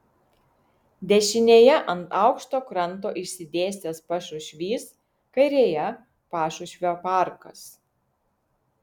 dešinėje ant aukšto kranto išsidėstęs pašušvys kairėje pašušvio parkas